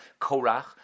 Korach